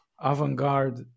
avant-garde